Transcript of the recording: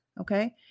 Okay